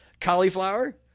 cauliflower